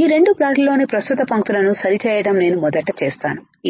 ఈ రెండు ప్లాట్లలోని ప్రస్తుత పంక్తులను సరిచేయడం నేను మొదట చేస్తాను ఇలా